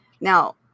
Now